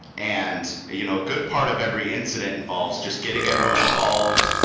and you know a good part of every incident involves just getting everyone involved,